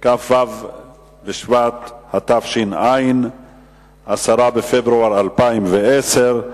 בשבט התש"ע (20 בינואר 2010):